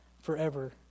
forever